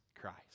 Christ